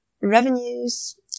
revenues